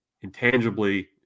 intangibly